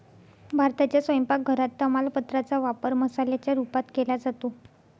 भारताच्या स्वयंपाक घरात तमालपत्रा चा वापर मसाल्याच्या रूपात केला जातो